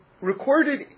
recorded